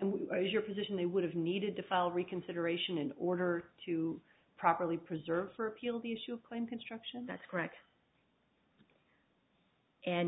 and what is your position they would have needed to file reconsideration in order to properly preserve for appeal the issue a claim construction that's correct and